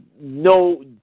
no